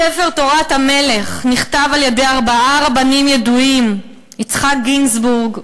הספר "תורת המלך" נכתב על-ידי ארבעה רבנים ידועים: יצחק גינזבורג,